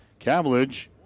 Cavillage